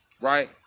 right